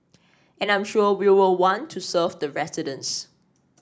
and I'm sure we will want to serve the residents